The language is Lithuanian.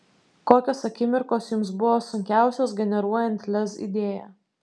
kokios akimirkos jums buvo sunkiausios generuojant lez idėją